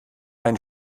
einen